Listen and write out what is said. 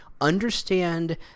understand